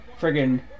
friggin